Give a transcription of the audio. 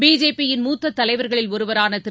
பிஜேபியின் மூத்த தலைவர்களில் ஒருவரான திரு